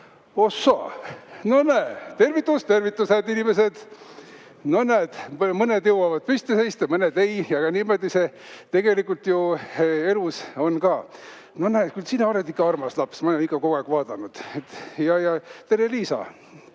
ohoo, no näe! Tervitus, tervitus, head inimesed! No näed, mõned jõuavad püsti seista ja mõned ei jõua, aga niimoodi see tegelikult ju elus on ka. No näed, küll sina oled ikka armas laps, ma olen ikka kogu aeg vaadanud. Tere, Liisa!